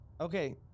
okay